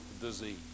disease